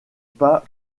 pas